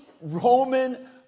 Roman